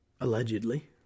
allegedly